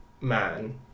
man